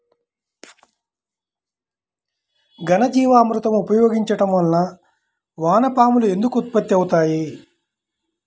ఘనజీవామృతం ఉపయోగించటం వలన వాన పాములు ఎందుకు ఉత్పత్తి అవుతాయి?